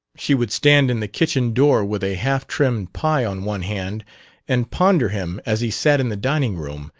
she would stand in the kitchen door with a half-trimmed pie on one hand and ponder him as he sat in the dining-room,